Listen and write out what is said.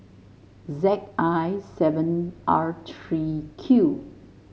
Z I seven R three Q